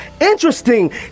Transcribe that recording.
interesting